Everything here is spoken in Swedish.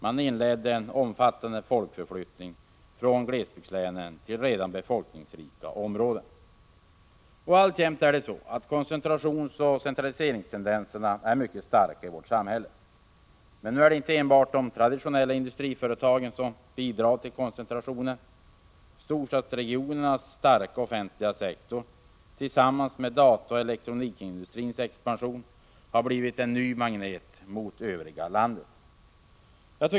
Man inledde en omfattande folkförflyttning från glesbygdslänen till redan befolkningsrika områden. - Alltjämt är koncentrationsoch centraliseringstendenserna mycket starka i vårt samhälle. Men nu är det inte enbart de traditionella industriföretagen som bidrar till koncentrationen. Storstadsregionernas starka offentliga sektor tillsammans med dataoch elektronikindustrins expansion har blivit en ny magnet mot övriga landet.